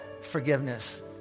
forgiveness